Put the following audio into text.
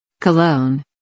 cologne